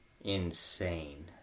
insane